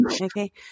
okay